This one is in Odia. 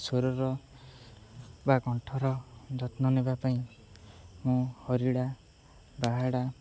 ସ୍ୱରର ବା କଣ୍ଠର ଯତ୍ନ ନେବା ପାଇଁ ମୁଁ ହରିଡ଼ା ବାହାଡ଼ା